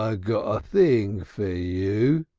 ah got a thing for you.